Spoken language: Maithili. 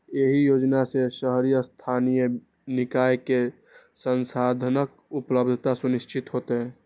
एहि योजना सं शहरी स्थानीय निकाय कें संसाधनक उपलब्धता सुनिश्चित हेतै